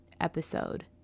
episode